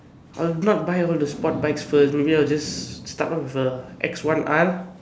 I'll not buy all the sport bikes first maybe I'll just start off with a X one R